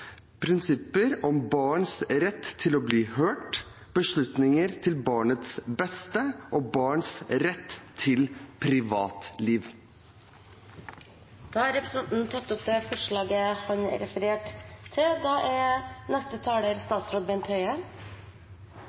prinsipper om barns rett til å bli hørt, beslutninger til barnets beste og barns rett til privatliv. Da har representanten Nicholas Wilkinson tatt opp det forslaget han refererte til.